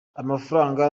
amafaranga